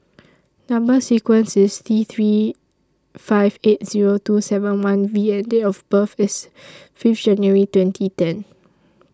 Number sequence IS T three five eight Zero two seven one V and Date of birth IS five January twenty ten